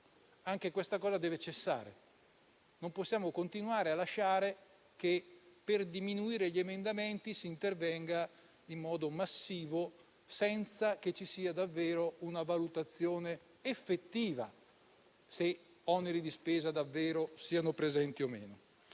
anche questa cosa deve cessare. Non possiamo continuare a lasciare che, per diminuire il numero degli emendamenti, si intervenga in modo massivo, senza che ci sia davvero una valutazione effettiva sul fatto che siano presenti o meno